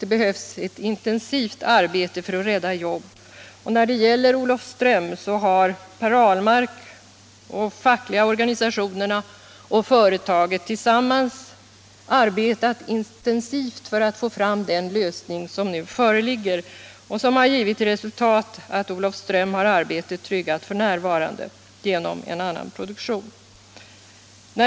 Det behövs ett intensivt arbete för att rädda jobb. När det gäller Olofström har herr Ahlmark och de fackliga organisationerna och företaget tillsammans arbetat intensivt för att få fram den lösning som nu föreligger och som har givit till resultat att arbetstillfällena f.n. är tryggade i Olofström genom en annan produktion.